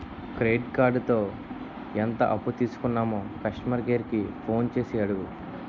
credit కార్డుతో ఎంత అప్పు తీసుకున్నామో కస్టమర్ కేర్ కి ఫోన్ చేసి అడుగు